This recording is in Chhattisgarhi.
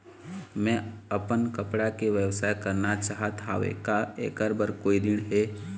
मैं अपन कपड़ा के व्यवसाय करना चाहत हावे का ऐकर बर कोई ऋण हे?